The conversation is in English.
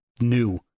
new